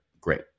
great